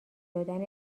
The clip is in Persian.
دادن